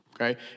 okay